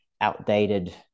outdated